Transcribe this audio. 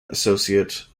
associate